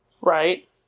right